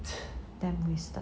then we start